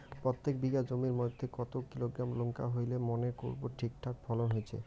প্রত্যেক বিঘা জমির মইধ্যে কতো কিলোগ্রাম লঙ্কা হইলে মনে করব ঠিকঠাক ফলন হইছে?